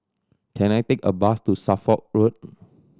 can I take a bus to Suffolk Road